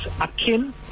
akin